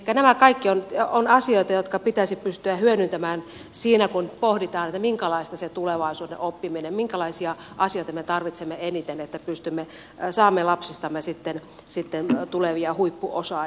elikkä nämä kaikki ovat asioita jotka pitäisi pystyä hyödyntämään siinä kun pohditaan minkälaista on se tulevaisuuden oppiminen minkälaisia asioita me tarvitsemme eniten että saamme lapsistamme sitten tulevia huippuosaajia